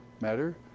matter